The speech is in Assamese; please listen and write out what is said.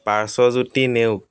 পাৰ্শ্ৱজ্যোতি নেওগ